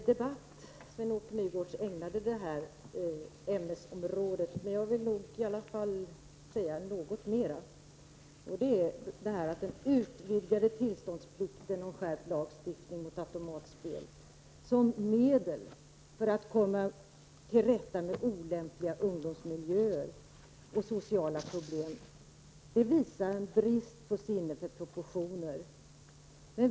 Herr talman! Det var inte mycket till debatt Sven-Åke Nygårds ägnade det här ämnesområdet. Jag vill nog i alla fall säga någonting mer. spel som medel för att komma till rätta med olämpliga ungdomsmiljöer och sociala problem visar en brist på sinne för proportioner.